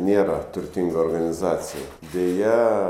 nėra turtinga organizacija deja